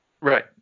right